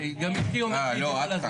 אני רוצה,